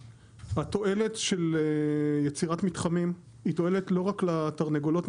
התועלת של יצירת מתחמים היא תועלת לא רק לתרנגולות,